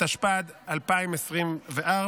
התשפ"ד 2024,